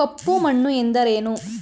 ಕಪ್ಪು ಮಣ್ಣು ಎಂದರೇನು?